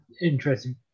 interesting